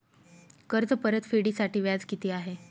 कर्ज परतफेडीसाठी व्याज किती आहे?